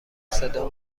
صدا